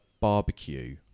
barbecue